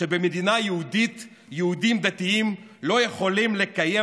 שבמדינה יהודית יהודים דתיים לא יכולים לקיים